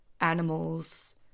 animals